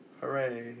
hooray